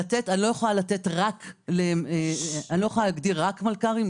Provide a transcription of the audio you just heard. אני לא יכולה להגדיר רק מלכ"רים,